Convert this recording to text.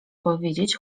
powiedzieć